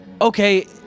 okay—